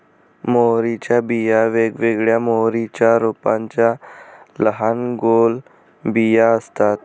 मोहरीच्या बिया वेगवेगळ्या मोहरीच्या रोपांच्या लहान गोल बिया असतात